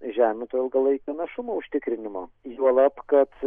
žemių to ilgalaikio našumo užtikrinimo juolab kad